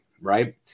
right